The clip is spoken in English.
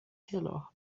hello